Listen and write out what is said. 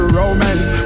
romance